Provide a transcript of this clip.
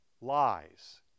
lies